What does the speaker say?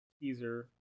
teaser